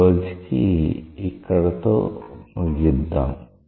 ఈ రోజుకి ఇక్కడితో ముగిద్దాం